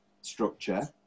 structure